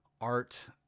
art